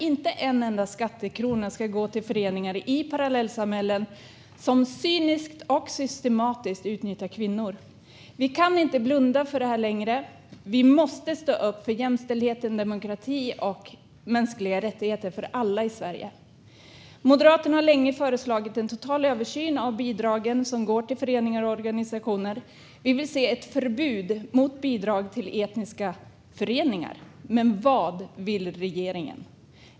Inte en enda skattekrona ska gå till föreningar i parallellsamhällen som cyniskt och systematiskt utnyttjar kvinnor. Vi kan inte blunda för det här längre. Vi måste stå upp för jämställdhet, demokrati och mänskliga rättigheter för alla i Sverige. Moderaterna har länge föreslagit en total översyn av de bidrag som går till föreningar och organisationer och vill se ett förbud mot bidrag till etniska föreningar. Men vad vill regeringen?